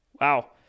Wow